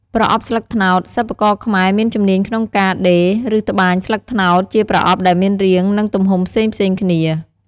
ប្រអប់ស្លឹកត្នោត សិប្បករខ្មែរមានជំនាញក្នុងការដេរ ឬត្បាញស្លឹកត្នោតជាប្រអប់ដែលមានរាង និងទំហំផ្សេងៗគ្នា។